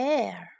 Air